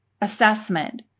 assessment